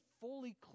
fully